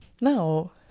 No